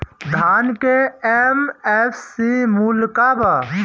धान के एम.एफ.सी मूल्य का बा?